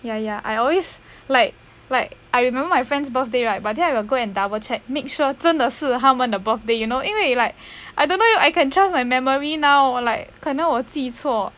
ya ya I always like like I remember my friend's birthday right but then I will go and double check make sure 真的是他们的 birthday you know 因为 like I don't know I can trust my memory now like 可能我记错